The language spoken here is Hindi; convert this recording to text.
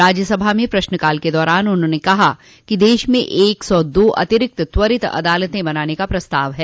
राज्यसभा में प्रश्नकाल के दारान उन्होंने कहा कि देश में एक सौ दो अतिरिक्त त्वरित अदालतें बनाने का प्रस्ताव है